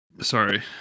Sorry